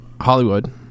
Hollywood